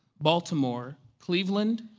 baltimore, cleveland,